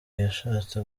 yashatse